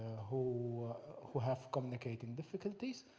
who who have communication difficulties.